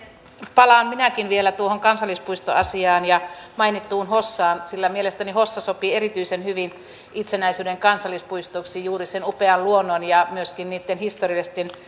palaan minäkin vielä tuohon kansallispuistoasiaan ja mainittuun hossaan sillä mielestäni hossa sopii erityisen hyvin itsenäisyyden kansallispuistoksi juuri sen upean luonnon ja myöskin niitten historiallisten